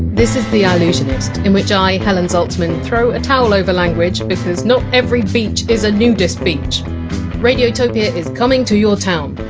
this is the allusionist, in which i, helen zaltzman, throw a towel over language because not every beach is a nudist beach radiotopia is coming to your town,